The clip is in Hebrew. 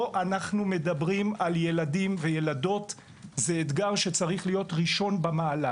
פה אנחנו מדברים זה אתגר שצריך להיות ראשון במעלה.